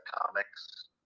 comics